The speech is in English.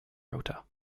rota